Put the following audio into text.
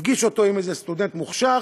הפגיש אותו עם איזה סטודנט מוכשר,